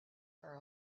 are